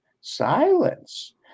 silence